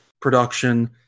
production